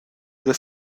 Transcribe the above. due